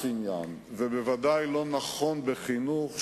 ובניגוד לחברי הקודמים,